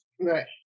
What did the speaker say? Right